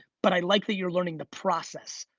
but i like that you're learning the process.